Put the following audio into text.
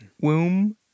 Womb